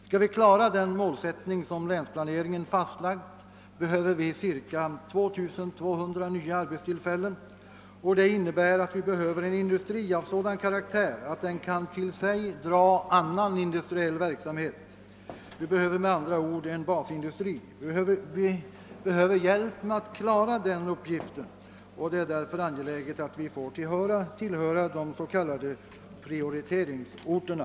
Skall vi klara den målsättning som länsplanen uppsatt, behöver vi 2200 nya arbetstillfällen, och för det behöver vi en industri av sådan karaktär att den kan dra till sig annan industriell verksamhet — vi behöver med andra ord en basindustri. Vi behöver hjälp att klara den uppgiften, och det är därför angeläget att vi får tillhöra de s.k. prioriteringsorterna.